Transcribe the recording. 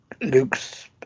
Luke's